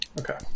Okay